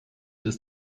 ist